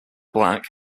black